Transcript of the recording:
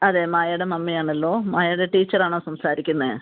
അതെ മായേടെ മമ്മിയാണല്ലോ മായേടെ ടീച്ചർ ആണോ സംസാരിക്കുന്നത്